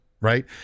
right